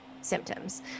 symptoms